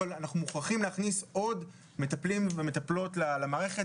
אבל אנחנו מוכרחים להכניס עוד מטפלים ומטפלות למערכת,